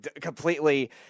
completely